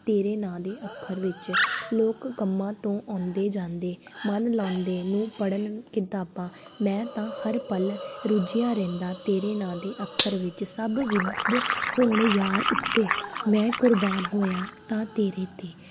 ਤੇਰੇ ਨਾਂ ਦੇ ਅੱਖਰ ਵਿੱਚ ਲੋਕ ਕੰਮਾਂ ਤੋਂ ਆਉਂਦੇ ਜਾਂਦੇ ਮਨ ਲਾਉਂਦੇ ਨੂੰ ਪੜ੍ਹਨ ਕਿਤਾਬਾਂ ਮੈਂ ਤਾਂ ਹਰ ਪਲ ਰੁੱਝਿਆ ਰਹਿੰਦਾ ਤੇਰੇ ਨਾਂ ਦੇ ਅੱਖਰ ਵਿੱਚ ਸਭ ਬਿੰਦ ਹੋਣ ਯਾਰ ਉੱਤੇ ਮੈਂ ਕੁਰਬਾਨ ਹੋਇਆ ਤਾਂ ਤੇਰੇ 'ਤੇ